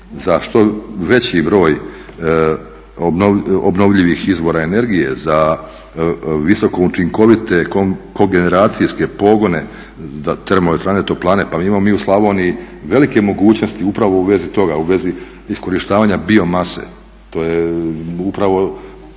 za što veći broj obnovljivih izvora energije, za visoko učinkovite kogeneracijske pogone za termoelektrane, toplane. Pa imamo mi u Slavoniji velike mogućnosti upravo u vezi toga, u vezi iskorištavanja biomase. To je upravo